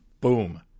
Boom